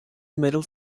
middle